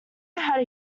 had